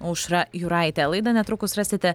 aušra jūraitė laida netrukus rasite